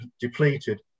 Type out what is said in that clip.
depleted